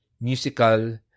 musical